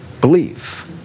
believe